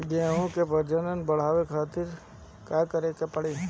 गेहूं के प्रजनन बढ़ावे खातिर का करे के पड़ी?